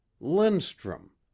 Lindstrom